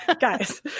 Guys